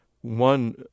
one